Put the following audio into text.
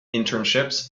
internships